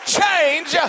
change